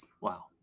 Wow